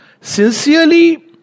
sincerely